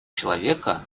человека